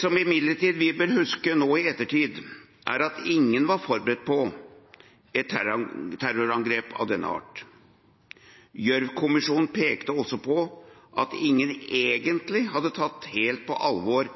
som vi imidlertid bør huske nå i ettertid, er at ingen var forberedt på et terrorangrep av denne art. Gjørv-kommisjonen pekte også på at ingen egentlig hadde tatt helt på alvor